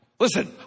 Listen